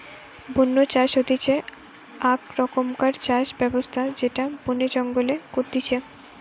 বন্য চাষ হতিছে আক রকমকার চাষ ব্যবস্থা যেটা বনে জঙ্গলে করতিছে